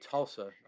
Tulsa